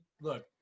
look